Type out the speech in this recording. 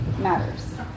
matters